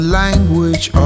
language